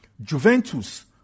Juventus